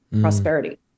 prosperity